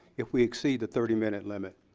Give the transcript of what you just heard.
if we exceed the thirty minute limit.